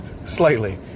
Slightly